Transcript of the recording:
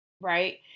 right